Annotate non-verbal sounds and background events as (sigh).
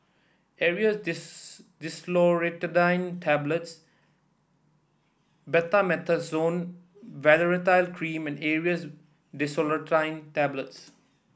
Aerius (unintelligible) DesloratadineTablets Betamethasone Valerate Cream and Aerius DesloratadineTablets